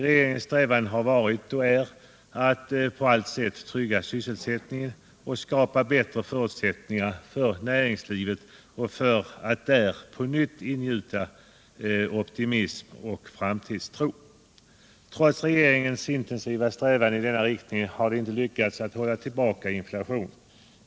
Regeringens strävan har varit och är att på allt sätt trygga sysselsättningen och skapa bättre förutsättningar för näringslivet för att där på nytt ingjuta optimism och framtidstro. Trots regeringens intensiva strävan i denna riktning har det inte lyckats att hålla tillbaka inflationen.